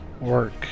work